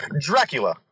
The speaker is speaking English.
Dracula